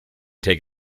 take